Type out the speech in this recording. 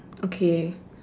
okay